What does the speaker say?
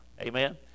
amen